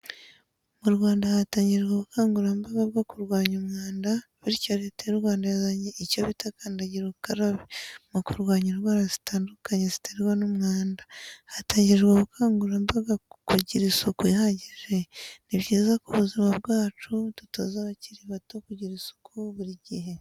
Mu Rwanda hatangijwe ubukangurambaga byo kurwanya umwanda bityo leta y'u Rwanda yazanye icyo bita kandagira ukarabe mukurwanya indwara zitandukanye ziterwa n'umwanda hatangijwe ubukangurambaga kukugira isuku ihagije nibyiza k'ubuzima bwacu dutoze n'abakiri bato kugira isuku buri gihe.